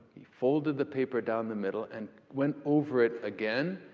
he folded the paper down the middle, and went over it again,